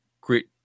grit